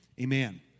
Amen